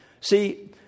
See